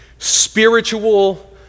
Spiritual